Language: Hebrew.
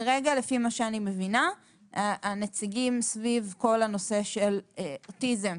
יעל העירה לגבי הנושא של האחראי.